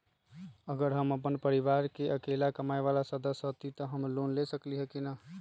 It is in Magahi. अगर हम अपन परिवार में अकेला कमाये वाला सदस्य हती त हम लोन ले सकेली की न?